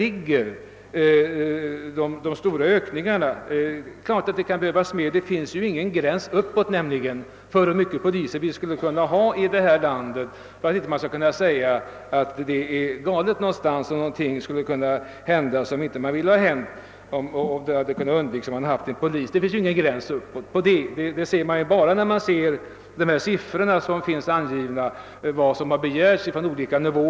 Men det är klart att det kan behövas mer; det finns ingen gräns uppåt för hur mycket poliser vi skulle kunna ha i detta land. Man kan nämligen alltid säga att saker som man inte vill skall hända skulle ha kunnat undvikas med ännu fler poliser. Att det inte finns någon gräns uppåt märker man ju när man jämför vad som har begärts från olika håll.